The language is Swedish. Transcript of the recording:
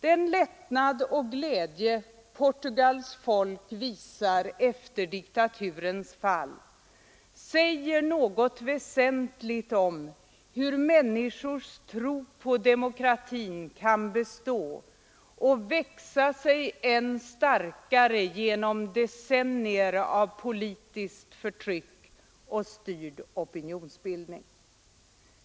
Den lättnad och glädje Portugals folk visar efter diktaturens fall säger något väsentligt om hur människors tro på demokratin kan bestå och växa sig än starkare genom decennier av politiskt förtryck och styrd opinionsbildning.